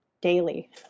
daily